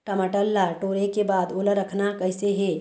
टमाटर ला टोरे के बाद ओला रखना कइसे हे?